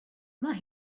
mae